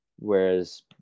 Whereas